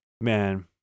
man